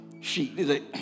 sheet